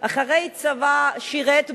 אחרי הצבא שירת בימ"מ,